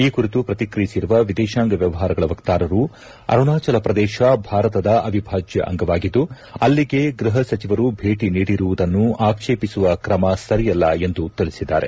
ಈ ಕುರಿತು ಪ್ರಕಿಕಿಯಿಸಿರುವ ವಿದೇಶಾಂಗ ವ್ಯವಹಾರಗಳ ವಕ್ತಾರರು ಅರುಣಾಚಲ ಪ್ರದೇಶ ಭಾರತದ ಅವಿಭಾಜ್ಯ ಅಂಗವಾಗಿದ್ದು ಅಲ್ಲಿಗೆ ಗೃಹಸಚಿವರು ಭೇಟಿ ನೀಡಿರುವುದನ್ನು ಆಕ್ಷೇಪಿಸುವ ಕ್ರಮ ಸರಿಯಲ್ಲ ಎಂದು ತಿಳಿಸಿದ್ದಾರೆ